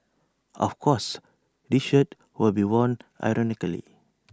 of course this shirt will be worn ironically